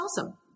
awesome